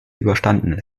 überstanden